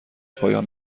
پایان